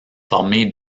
former